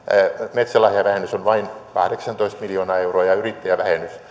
metsälahjavähennys on vain kahdeksantoista miljoonaa euroa ja yrittäjävähennys